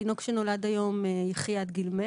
תינוק שנולד היום יחייה עד גיל 100,